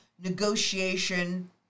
negotiation